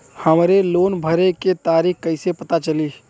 हमरे लोन भरे के तारीख कईसे पता चली?